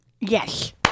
Yes